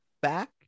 back